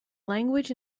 language